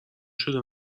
شده